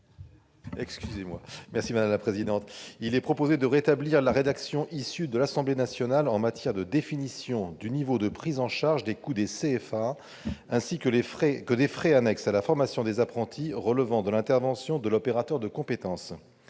Il est proposé de rétablir la rédaction issue de l'Assemblée nationale en matière de définition du niveau de prise en charge des coûts des CFA ainsi que des frais annexes à la formation des apprentis relevant de l'intervention de l'opérateur de compétences.